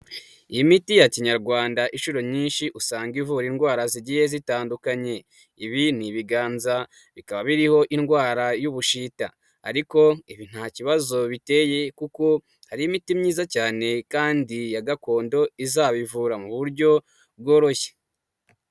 Imiti ya kinyarwanda inshuro nyinshi usanga ivura indwara zigiye zitandukanye, ibi ni ibiganza bikaba biriho indwara y'ubushita, ariko nta kibazo biteye kuko hari imiti myiza cyane, kandi ya gakondo izabivura mu buryo bworoshye.